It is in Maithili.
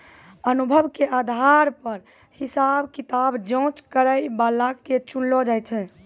अनुभव के आधार पर हिसाब किताब जांच करै बला के चुनलो जाय छै